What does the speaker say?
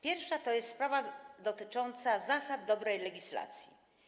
Pierwsza to sprawa dotycząca zasad dobrej legislacji.